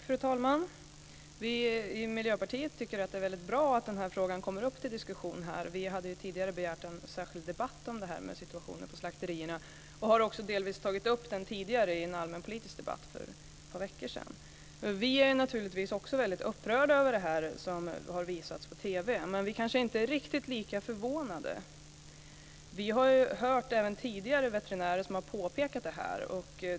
Fru talman! Vi i Miljöpartiet tycker att det är väldigt bra att den här frågan kommer upp till diskussion här. Vi hade tidigare begärt en särskild debatt om situationen på slakterierna och har också delvis tagit upp den tidigare i den allmänpolitiska debatten för ett par veckor sedan. Vi är naturligtvis också väldigt upprörda över det som visades på TV, men vi kanske inte är riktigt lika förvånade. Vi har även tidigare hört veterinärer påpeka detta.